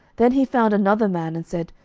then he found another man, and said,